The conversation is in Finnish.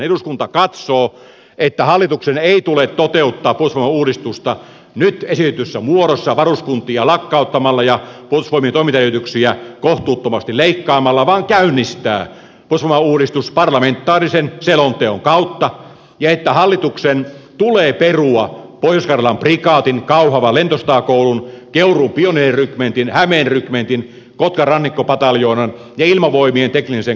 eduskunta katsoo että hallituksen ei tule toteuttaa puolustusvoimauudistusta nyt esitetyssä muodossa varuskuntia lakkauttamalla ja puolustusvoimien toimintaedellytyksiä kohtuuttomasti leikkaamalla vaan käynnistää puolustusvoimauudistus parlamentaarisen selonteon kautta ja että hallituksen tulee perua pohjois karjalan prikaatin kauhavan lentosotakoulun keuruun pioneerirykmentin hämeen rykmentin kotkan rannikkopataljoonan ja ilmavoimien teknillisen koulun lakkauttamiset